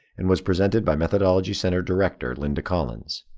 and was presented by methodology center director linda collins.